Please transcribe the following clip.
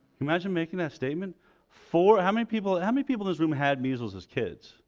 imagine making that statement for how many people how many people newsroom had measles as kids